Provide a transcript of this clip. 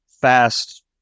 fast